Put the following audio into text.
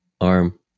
arm